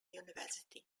university